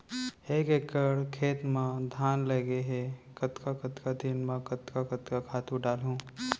एक एकड़ खेत म धान लगे हे कतका कतका दिन म कतका कतका खातू डालहुँ?